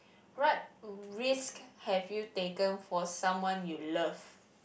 what risk have you taken for someone you love